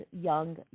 young